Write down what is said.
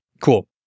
Cool